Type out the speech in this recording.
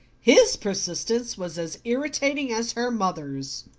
his persistence was as irritating as her mother's.